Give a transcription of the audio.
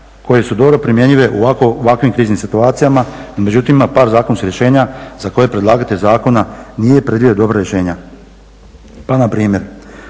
koje su dobro primjenjive u ovakvim kriznim situacijama. Međutim, ima par zakonskih rješenja za koje predlagatelj zakona nije predvidio dobra rješenja. Pa na primjer